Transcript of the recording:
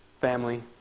family